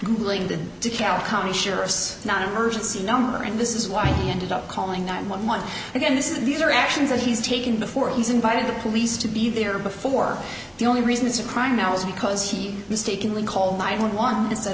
the dekalb county sheriff's non emergency number and this is why he ended up calling nine one one again this is these are actions that he's taken before he's invited the police to be there before the only reason it's a crime now is because he mistakenly called nine one one